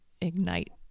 ignite